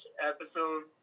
episode